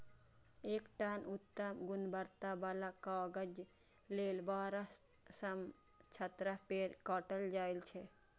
एक टन उत्तम गुणवत्ता बला कागज लेल बारह सं सत्रह पेड़ काटल जाइ छै